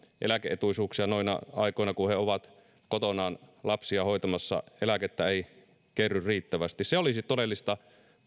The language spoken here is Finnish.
eläke etuisuuksia noina aikoina kun he ovat kotonaan lapsia hoitamassa eläkettä ei kerry riittävästi se olisi todellista